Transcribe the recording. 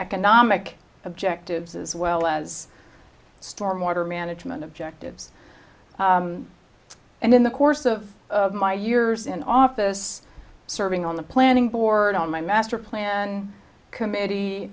economic objectives as well as storm water management objectives and in the course of my years in office serving on the planning board on my master plan committee